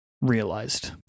realized